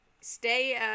Stay